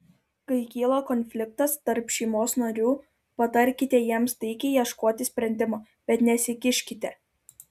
kai kyla konfliktas tarp šeimos narių patarkite jiems taikiai ieškoti sprendimo bet nesikiškite